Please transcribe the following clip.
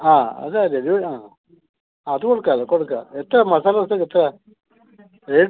ആ അത് കൊടുക്കാം കൊടുക്കാം എത്ര മസാലദോശക്ക് എത്രയാണ് റേറ്റ്